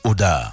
Oda